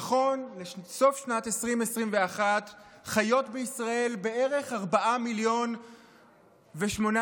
נכון לסוף שנת 2021 חיות בישראל בערך 4.8 מיליון נשים.